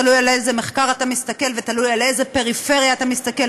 תלוי על איזה מחקר אתה מסתכל ותלוי על איזו פריפריה אתה מסתכל,